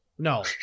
No